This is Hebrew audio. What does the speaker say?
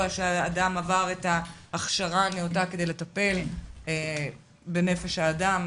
שאדם עבר הכשרה נאותה כדי לטפל בנפש האדם,